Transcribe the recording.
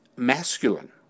Masculine